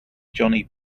johnny